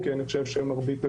כי אני חושב שמרבית הדיון,